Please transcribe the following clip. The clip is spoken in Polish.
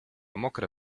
mokre